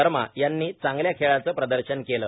वर्मा यांनी चांगल्या खेळीचं प्रदर्शन केलं